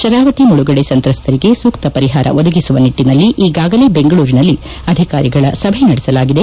ಶರಾವತಿ ಮುಳುಗಡೆ ಸಂತ್ರಸ್ತರಿಗೆ ಸೂಕ್ತ ಪರಿಹಾರ ಒದಗಿಸುವ ನಿಟ್ಟನಲ್ಲಿ ಈಗಾಗಲೇ ಬೆಂಗಳೂರಿನಲ್ಲಿ ಅಧಿಕಾರಿಗಳ ಸಭೆ ನಡೆಸಲಾಗಿದೆ